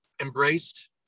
embraced